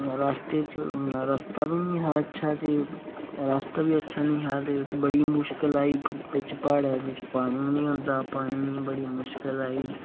रस्ते च रस्ता बी निं हा रास्ता बी अच्छा नेईं हा ते उत्त बड़ी मुश्कल आई बिच प्हाड़ें बिच पानी निं होंदा ते पानियै दी बड़ी मुश्कल आई ते